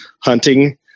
hunting